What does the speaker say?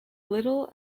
little